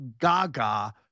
Gaga